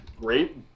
great